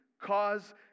cause